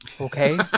okay